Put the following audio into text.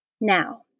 Now